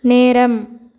நேரம்